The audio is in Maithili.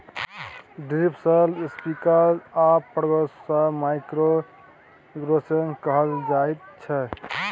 ड्रिपर्स, स्प्रिंकल आ फौगर्स सँ माइक्रो इरिगेशन कहल जाइत छै